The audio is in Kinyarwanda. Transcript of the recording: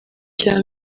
cya